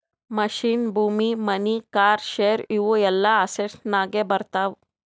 machine, ಭೂಮಿ, money, car, share ಇವು ಎಲ್ಲಾ ಅಸೆಟ್ಸನಾಗೆ ಬರ್ತಾವ